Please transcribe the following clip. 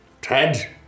Ted